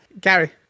Gary